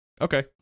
Okay